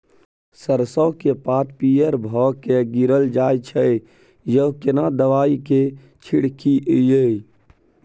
सरसो के पात पीयर भ के गीरल जाय छै यो केना दवाई के छिड़कीयई?